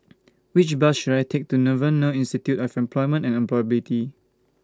Which Bus should I Take to Devan Nair Institute of Employment and Employability